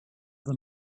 than